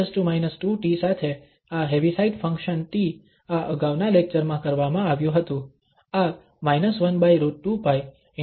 તો e 2t સાથે આ હેવીસાઇડ ફંક્શન t આ અગાઉના લેક્ચરમાં કરવામાં આવ્યું હતું આ 1√2π ✕ 1 2iα હતું